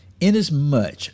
Inasmuch